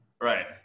Right